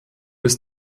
ist